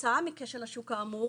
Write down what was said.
כתוצאה מכשל השוק האמור,